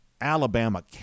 Alabama